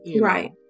Right